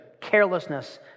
carelessness